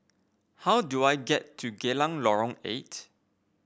how do I get to Geylang Lorong Eight